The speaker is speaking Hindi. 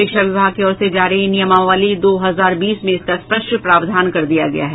शिक्षा विभाग की ओर से जारी नियमावली दो हजार बीस में इसका स्पष्ट प्रावधान कर दिया गया है